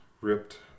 ripped